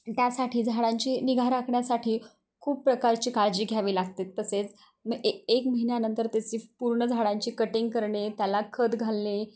त्यासाठी झाडांची निगा राखण्यासाठी खूप प्रकारची काळजी घ्यावी लागते तसेच म ए एक महिन्यानंतर तेची पूर्ण झाडांची कटिंग करणे त्याला खत घालणे